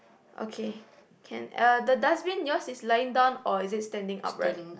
okay can uh the dustbin yours is lying down or is it standing upright